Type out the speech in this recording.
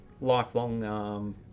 lifelong